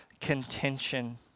contention